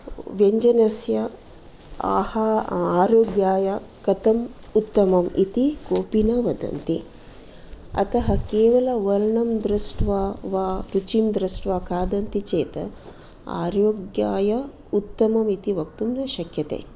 व्यञ्जनस्य आह आरोग्याय कतम् उत्तमं इति कोपि न वदन्ति अतः केवलं वर्णं दृष्ट्वा वा रुचिं दृष्ट्वा कादन्ति चेत् आरोग्याय उत्तममिति वक्तुं न शक्यते